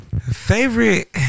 Favorite